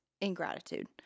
ingratitude